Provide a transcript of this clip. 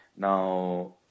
Now